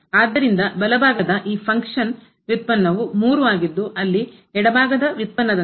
ಆದ್ದರಿಂದ ಬಲಭಾಗದ ಈ ಫಂಕ್ಷನ್ ನ ಕಾರ್ಯ ಉತ್ಪನ್ನ ವು 3 ಆಗಿದ್ದು ಅಲ್ಲಿ ಎಡಭಾಗದ ಉತ್ಪನ್ನದಂತೆ